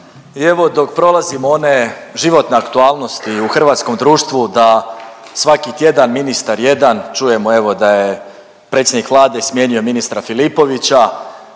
dok prolazim one životne aktualnosti u hrvatskom društvu da svaki tjedan ministar jedan, čujemo evo da je predsjednik Vlade smijenio ministra Filipovića